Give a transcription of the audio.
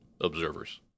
observers